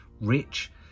rich